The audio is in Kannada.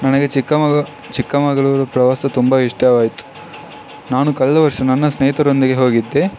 ನನಗೆ ಚಿಕ್ಕಮಗ ಚಿಕ್ಕಮಗಳೂರು ಪ್ರವಾಸ ತುಂಬ ಇಷ್ಟವಾಯಿತು ನಾನು ಕಳೆದ ವರ್ಷ ನನ್ನ ಸ್ನೇಹಿತರೊಂದಿಗೆ ಹೋಗಿದ್ದೆ